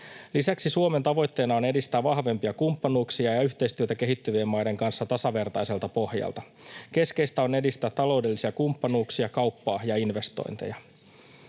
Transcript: Lisäksi Suomen tavoitteena on edistää vahvempia kumppanuuksia ja yhteistyötä kehittyvien maiden kanssa tasavertaiselta pohjalta. Keskeistä on edistää taloudellisia kumppanuuksia, kauppaa ja investointeja.